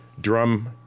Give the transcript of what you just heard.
drum